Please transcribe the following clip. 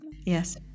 Yes